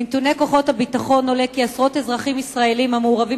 מנתוני כוחות הביטחון עולה כי עשרות אזרחים ישראלים המעורבים